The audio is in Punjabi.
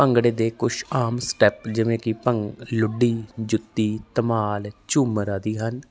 ਭੰਗੜੇ ਦੇ ਕੁਛ ਆਮ ਸਟੈਪ ਜਿਵੇਂ ਕਿ ਭੰ ਲੁੱਡੀ ਜੁੱਤੀ ਧਮਾਲ ਝੂਮਰ ਆਦੀ ਹਨ